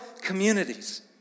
communities